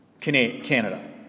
Canada